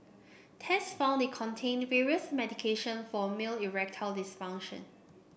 tests found they contained various medication for male erectile dysfunction